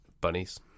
Bunnies